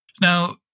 Now